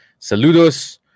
Saludos